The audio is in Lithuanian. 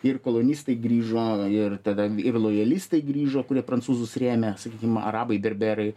ir kolonistai grįžo ir tada ir lojalistai grįžo kurie prancūzus rėmė sakykim arabai berberai